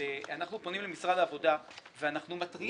אנחנו פונים למשרד העבודה ואנחנו מתריעים